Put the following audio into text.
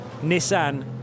Nissan